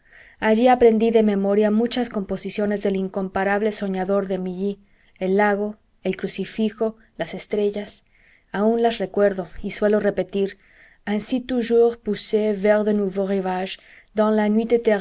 allí aprendí de memoria muchas composiciones del incomparable soñador de milly el lago el crucifijo las estrellas aun las recuerdo y suelo repetir ainsi toujours poussés vers